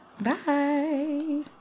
Bye